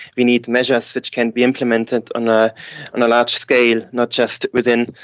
we need measures which can be implemented on ah on a large scale, not just within,